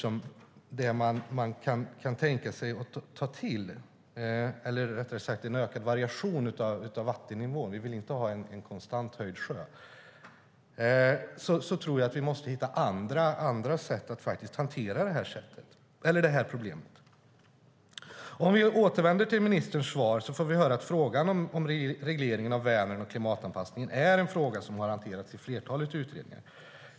Om nu inte en ökad variation av vattennivån är ett alternativ tror jag att vi måste hitta andra sätt att hantera det här problemet på. Låt oss återvända till ministerns svar. Där får vi höra att frågan om regleringen av Vänern och klimatanpassningen har hanterats i flertalet utredningar.